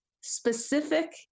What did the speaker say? specific